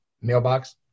Mailbox